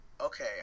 okay